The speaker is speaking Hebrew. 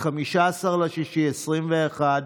15 ביוני 2021,